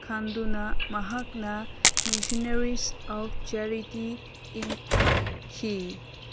ꯈꯟꯗꯨꯅ ꯃꯍꯥꯛꯅ Missionaries of Charity ꯂꯤꯡꯈꯠꯈꯤ